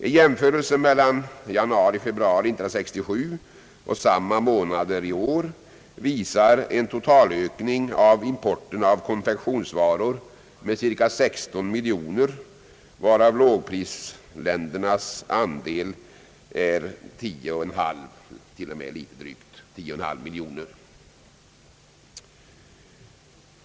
En jämförelse mellan januari och februari månader 1967 och samma månader i år visar en totalökning av importen av konfektionsvaror med cirka 16 miljoner kronor, varav lågprisländernas andel är 10,6 miljoner kronor.